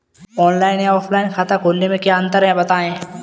Online या offline खाता खोलने में क्या अंतर है बताएँ?